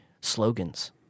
slogans